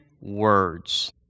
words